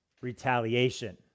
retaliation